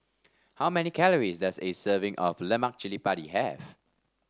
how many calories does a serving of Lemak Cili Padi have